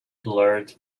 blurred